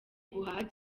guhaha